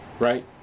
Right